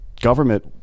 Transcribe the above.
government